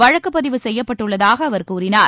வழக்கு பதிவு செய்யப்பட்டுள்ளதாகக் அவர் கூறினார்